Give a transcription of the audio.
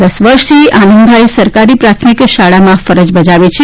દશ વર્ષથી આનંદભાઈ સરકારી પ્રાથમિક શાળામાં જ ફરજ બજાવે છે